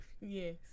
Yes